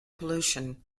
pollution